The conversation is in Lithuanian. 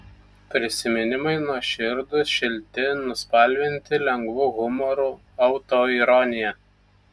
prisiminimai nuoširdūs šilti nuspalvinti lengvu humoru autoironija